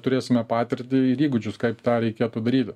turėsime patirtį ir įgūdžius kaip tą reikėtų daryti